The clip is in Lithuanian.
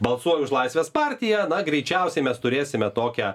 balsuoju už laisvės partiją na greičiausiai mes turėsime tokią